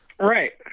Right